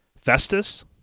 Festus